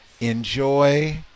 enjoy